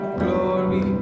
glory